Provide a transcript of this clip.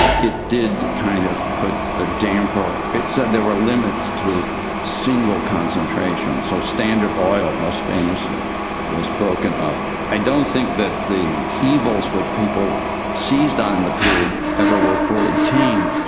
it did kind of put a damper, it said there were limits to single concentrations, so standard oil most famously was broken up. i don't think that the evils which people seized on in the period ever were fully tamed.